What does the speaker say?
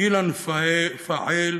אילן פאעל,